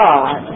God